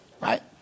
Right